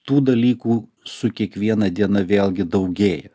tų dalykų su kiekviena diena vėlgi daugėja